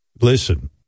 Listen